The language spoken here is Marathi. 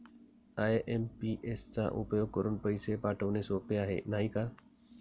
आइ.एम.पी.एस चा उपयोग करुन पैसे पाठवणे सोपे आहे, नाही का